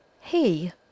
He